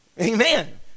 amen